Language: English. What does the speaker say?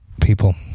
people